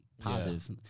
Positive